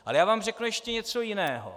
Ale já vám řeknu ještě něco jiného.